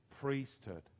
priesthood